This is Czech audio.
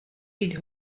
být